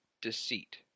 deceit